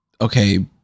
Okay